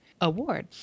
award